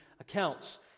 accounts